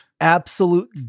absolute